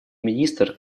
министр